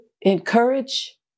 encourage